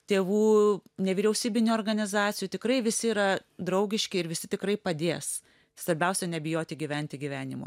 tėvų nevyriausybinių organizacijų tikrai visi yra draugiški ir visi tikrai padės svarbiausia nebijoti gyventi gyvenimo